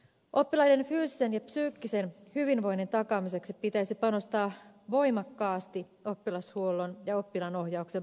oppilaiden fyysisen ja psyykkisen hyvinvoinnin takaamiseksi pitäisi panostaa voimakkaasti oppilashuollon ja oppilaanohjauksen parantamiseen